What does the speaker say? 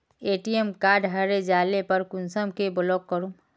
ATM card हरे जाले पर कुंसम के ब्लॉक करूम?